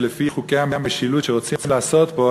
לפי חוקי המשילות שרוצים לעשות פה,